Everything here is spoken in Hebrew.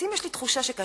ולעתים יש לי תחושה שכאשר